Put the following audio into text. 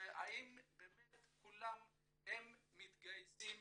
האם באמת כולם מתגייסים